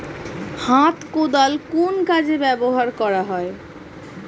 হাত কোদাল কোন কাজে ব্যবহার করা হয়?